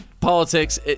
politics